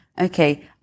Okay